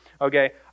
okay